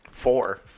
Four